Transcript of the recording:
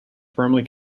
firmly